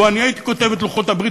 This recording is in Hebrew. לו אני הייתי כותב את לוחות הברית,